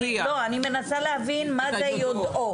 אני מנסה להבין מה זה "יודעו".